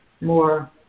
more